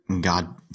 God